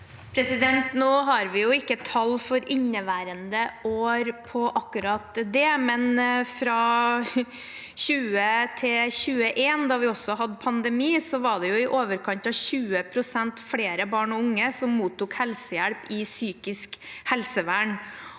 Nå har vi ikke tall for inneværende år på akkurat det, men fra 2020 til 2021, da vi også hadde pandemi, var det i overkant av 20 pst. flere barn og unge som mottok hjelp innenfor psykisk helsevern,